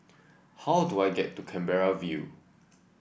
how do I get to Canberra View